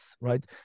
right